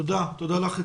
תודה לך.